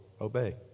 obey